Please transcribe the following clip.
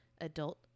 adult